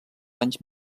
anys